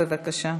בבקשה.